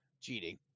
cheating